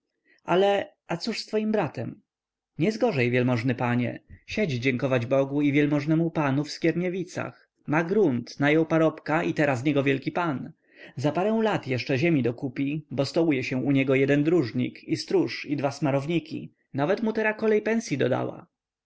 ale a cóż z twoim bratem niezgorzej wielmożny panie siedzi dziękować bogu i wielmożnemu panu w skierniewicach ma grunt najął parobka i tera z niego wielki pan za parę lat jeszcze ziemi dokupi bo stołuje się u niego jeden dróżnik i stróż i dwa smarowniki nawet mu tera kolej pensyi dodała